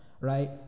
right